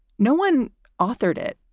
no one authored it.